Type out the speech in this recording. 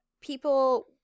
people